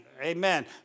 Amen